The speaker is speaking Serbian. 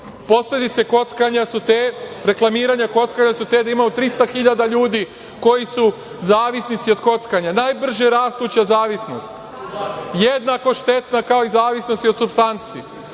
su te, reklamiranje kockanja su te da imamo trista hiljada ljudi koji su zavisnici od kockanja, najbrža rastuća zavisnost, jednako štetna kao i zavisnost od supstanci.